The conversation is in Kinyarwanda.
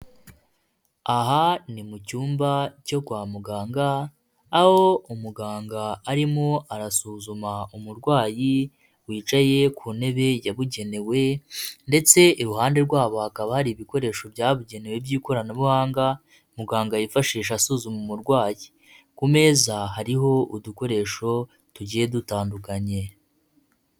Aha ni mu cyumba cyo kwa muganga ,aho umuganga arimo arasuzuma umurwayi wicaye ku ntebe yabugenewe ndetse iruhande rwabo hakaba hari ibikoresho byabugenewe by'ikoranabuhanga, muganga yifashisha asuzuma umurwayi. Ku meza hariho udukoresho tugiye dutandukanye.